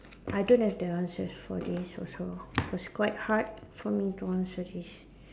I don't have the answers for this also it was quite hard for me to answer this